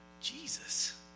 Jesus